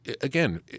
again